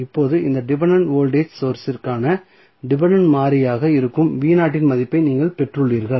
இப்போது இந்த dependent voltage source இற்கான டிபென்டென்ட் மாறியாக இருக்கும் இன் மதிப்பை நீங்கள் பெற்றுள்ளீர்கள்